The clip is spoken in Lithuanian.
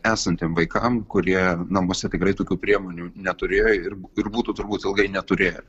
esantiem vaikam kurie namuose tikrai tokių priemonių neturėjo ir ir būtų turbūt ilgai neturėję